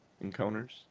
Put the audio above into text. encounters